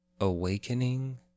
awakening